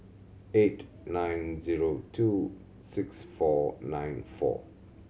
eight nine zero two six four nine four